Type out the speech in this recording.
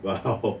!wow!